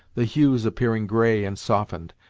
the hues appearing gray and softened,